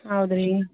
ಹೌದು ರೀ